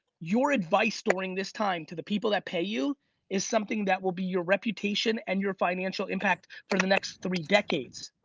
your advice during this time to the people that pay you is something that will be your reputation and your financial impact for the next three decades.